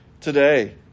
today